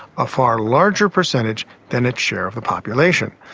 a far larger percentage than its share of the population.